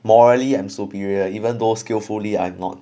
morally I'm superior even though skillfully I'm not